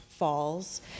falls